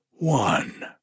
One